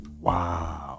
wow